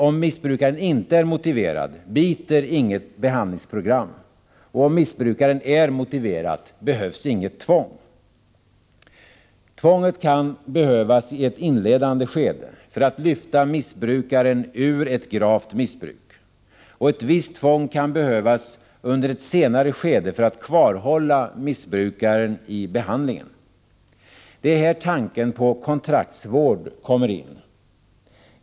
Om missbrukaren inte är motiverad biter inget behandlingsprogram, om missbrukaren är motiverad behövs inget tvång. Tvånget kan behövas i ett inledande skede för att lyfta missbrukaren ur ett gravt missbruk. Och ett visst tvång kan behövas under senare skede för att kvarhålla missbrukaren i behandlingen. Det är här tanken på kontraktsvård kommer in.